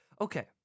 Okay